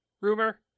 Rumor